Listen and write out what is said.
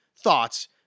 thoughts